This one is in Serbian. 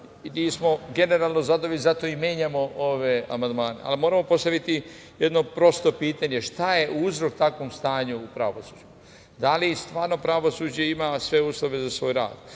nismo generalno zadovoljni i zato i menjamo ove amandmane. Ali moramo posle videti jedno prosto pitanje – šta je uzrok takvom stanju u pravosuđu. Da li stvarno pravosuđe ima sve uslove za svoj rad?